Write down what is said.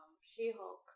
she-hulk